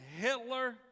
Hitler